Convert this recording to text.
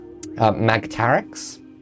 magtarex